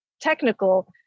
technical